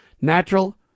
Natural